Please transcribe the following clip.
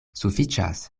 sufiĉas